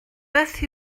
beth